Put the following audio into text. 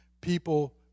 people